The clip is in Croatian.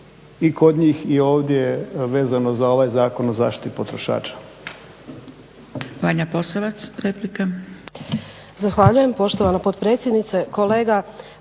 i kod njih i ovdje vezano za ovaj Zakon o zaštiti potrošača.